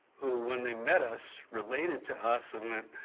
who when they met us related to us and went,